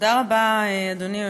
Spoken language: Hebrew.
תודה רבה, אדוני היושב-ראש.